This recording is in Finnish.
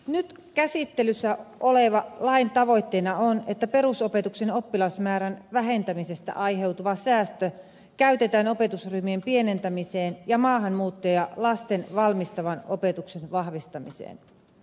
nyt käsittelyssä olevan lain tavoitteena on että perusopetuksen oppilasmäärän vähentämisestä aiheutuva säästö käytetään opetusryhmien pienentämiseen ja maahanmuuttajalasten valmistavan opetuksen vahvistamiseen